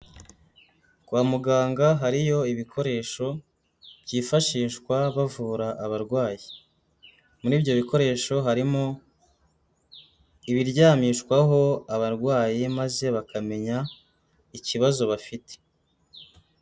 Kwa muganga hariyo ibikoresho, byifashishwa bavura abarwayi. Muri ibyo bikoresho harimo ibiryamishwaho abarwayi maze bakamenya ikibazo bafite.